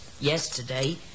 yesterday